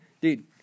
Dude